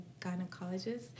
gynecologist